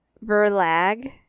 Verlag